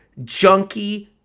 junky